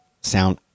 sound